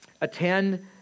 attend